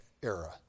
era